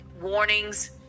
warnings